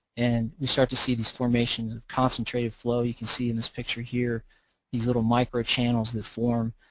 and we start to see these formations of concentrated flow. you can see in this picture here these little micro-channels that form.